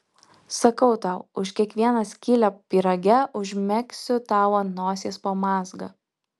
sakau tau už kiekvieną skylę pyrage užmegsiu tau ant nosies po mazgą